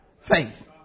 faith